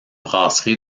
brasserie